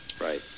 right